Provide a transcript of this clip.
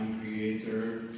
creator